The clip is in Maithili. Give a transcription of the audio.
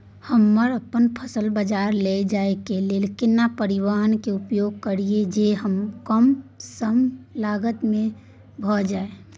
हम अपन फसल बाजार लैय जाय के लेल केना परिवहन के उपयोग करिये जे कम स कम लागत में भ जाय?